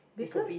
because